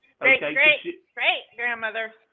Great-great-great-grandmother